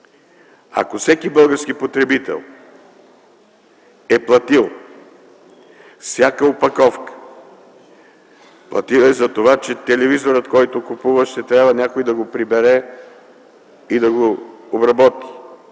Ако всеки български потребител е платил всяка опаковка, платил е за това, че телевизорът, който купува, някой ще трябва да го прибере и да го обработи;